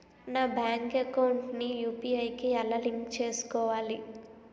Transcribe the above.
నా bank account ని UPI కి ఎలా లింక్ చేసుకోవాలి?